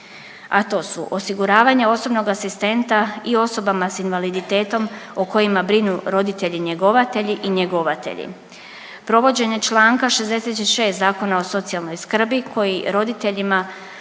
a to su osiguravanje osobnog asistenta i osobama s invaliditetom o kojima brinu roditelji njegovatelji i njegovatelji, provođenje Članka 66. Zakona o socijalnoj skrbi koji roditeljima,